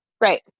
right